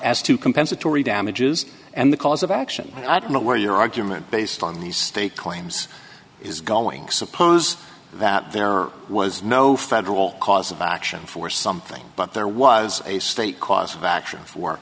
as to compensatory damages and the cause of action i don't know where your argument based on these state claims is going suppose that there was no federal cause of action for something but there was a state cause of action for